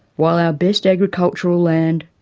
while our best agricultural land,